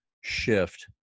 shift